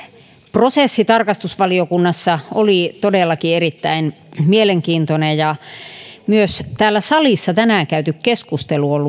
prosessi tarkastusvaliokunnassa oli todellakin erittäin mielenkiintoinen ja myös täällä salissa tänään käyty keskustelu on